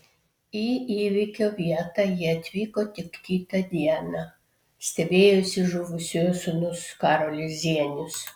į įvykio vietą jie atvyko tik kitą dieną stebėjosi žuvusiojo sūnus karolis zienius